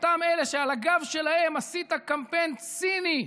אותם אלה שעל הגב שלהם עשית קמפיין ציני,